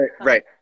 right